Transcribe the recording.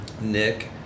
Nick